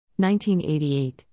1988